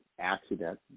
accident